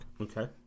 Okay